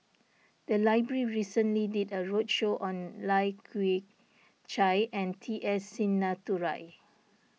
the library recently did a roadshow on Lai Kew Chai and T S Sinnathuray